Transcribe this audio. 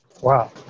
Wow